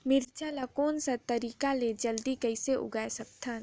मिरचा ला कोन सा तरीका ले जल्दी कइसे उगाय सकथन?